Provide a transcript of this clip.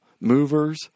movers